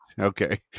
Okay